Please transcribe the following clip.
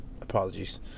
apologies